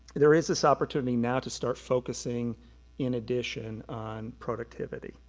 there is this opportunity now to start focusing in addition on productivity.